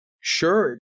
Sure